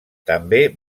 també